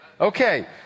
Okay